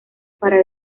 para